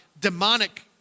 demonic